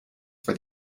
for